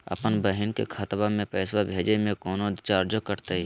अपन बहिन के खतवा में पैसा भेजे में कौनो चार्जो कटतई?